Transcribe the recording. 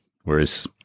whereas